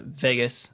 Vegas